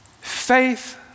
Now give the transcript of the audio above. Faith